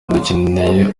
dukeneye